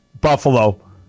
Buffalo